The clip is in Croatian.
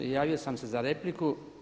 Javio sam se za repliku.